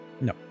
No